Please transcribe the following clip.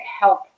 help